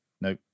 No